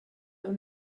dans